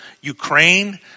Ukraine